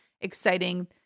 exciting